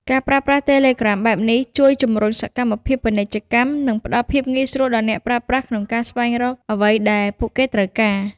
ការប្រើប្រាស់ Telegram បែបនេះជួយជំរុញសកម្មភាពពាណិជ្ជកម្ម និងផ្តល់ភាពងាយស្រួលដល់អ្នកប្រើប្រាស់ក្នុងការស្វែងរកអ្វីដែលពួកគេត្រូវការ។